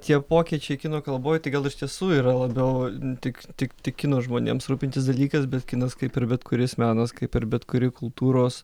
tie pokyčiai kino kalboj tai gal iš tiesų yra labiau tik tik tik kino žmonėms rūpintis dalykas bet kinas kaip ir bet kuris menas kaip ir bet kuri kultūros